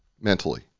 mentally